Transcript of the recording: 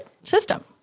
system